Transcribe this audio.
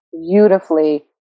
beautifully